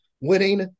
winning